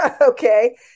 Okay